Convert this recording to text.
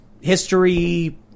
history